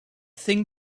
thing